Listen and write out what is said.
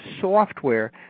software